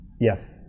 Yes